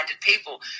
people